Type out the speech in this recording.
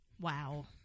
Wow